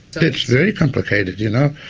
it's very complicated, you know?